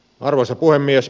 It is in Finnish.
arvoisa puhemies